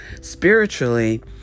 spiritually